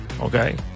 Okay